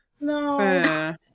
No